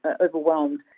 overwhelmed